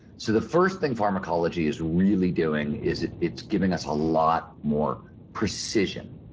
so the first thing pharmacology is really doing is it's giving us a lot more precision